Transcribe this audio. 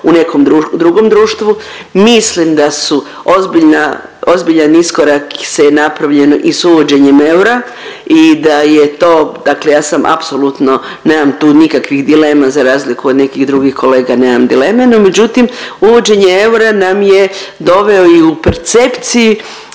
u nekom drugom društvu, mislim da su ozbiljna, ozbiljan iskorak se je napravljeno i s uvođenjem eura i da je to dakle ja sam apsolutno, nemam tu nikakvih dilema za razliku od nekih drugih kolega nemam dileme, no međutim uvođenje eura nam je doveo i u percepciji